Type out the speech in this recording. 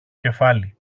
κεφάλι